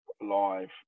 live